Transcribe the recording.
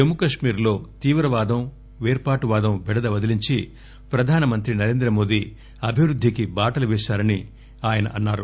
జమ్ముకాశ్మీర్లో తీవ్రవాదం పేర్పాటువాదం బెడద వదిలించి ప్రధానమంత్రి నరేంద్రమోడీ అభివృద్దికి బాటలు పేశారని ఆయన అన్నారు